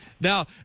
Now